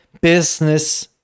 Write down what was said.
business